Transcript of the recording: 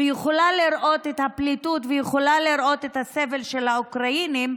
ויכולה לראות את הפליטות ויכולה לראות את הסבל של האוקראינים,